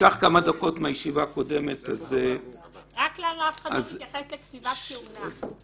אקח כמה דקות מהישיבה הבאה --- למה אף אחד לא מתייחס לקציבת כהונה?